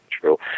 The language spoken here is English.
true